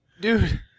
Dude